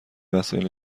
وسایل